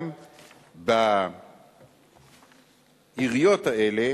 גם בעיריות האלה